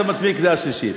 ועכשיו מצביעים קריאה שלישית.